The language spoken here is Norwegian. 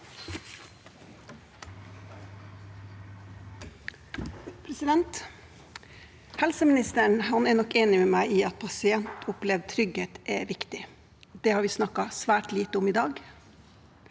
Helseministeren er nok enig med meg i at pasientopplevd trygghet er viktig. Det har vi snakket svært lite om i dag.